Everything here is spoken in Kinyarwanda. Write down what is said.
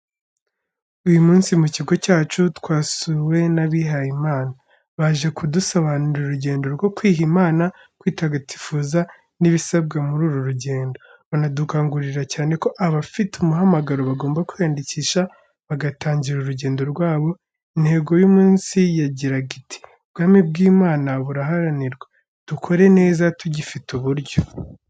Uyu munsi mu kigo cyacu twasuwe n’abihayimana. Baje kudusobanurira urugendo rwo kwiha Imana, kwitagatifuza n’ibisabwa muri uru rugendo. Banadukangurira cyane ko abafite umuhamagaro bagomba kwiyandikisha bagatangira urugendo rwabo. Intego y’umunsi yagiraga iti: “Ubwami bw’Imana burahanirwa, dukore neza tugifite uburyo.”